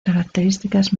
características